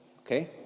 Okay